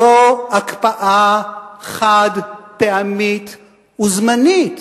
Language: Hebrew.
זו הקפאה חד-פעמית וזמנית.